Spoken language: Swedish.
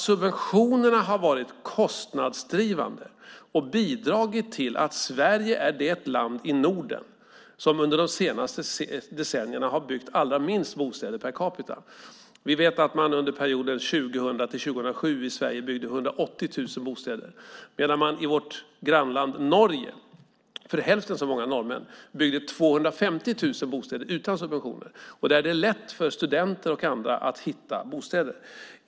Subventionerna har varit kostnadsdrivande och bidragit till att Sverige är det land i Norden som under de senaste decennierna har byggt allra minst bostäder per capita. Vi vet att det under 2000-2007 i Sverige byggdes 180 000 bostäder, medan man i vårt grannland Norge för hälften så många invånare byggde 250 000 bostäder utan subventioner, och där är det lätt för studenter och andra att hitta bostäder.